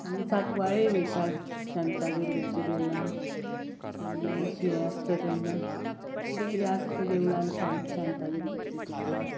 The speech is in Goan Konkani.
आनी साकवाळे वयता शांतादुर्गाचे देवळान केन्नाय शी आसता तेन्ना किदें किदें आसता देवळान शांत शांतादुर्गाची तेन्ना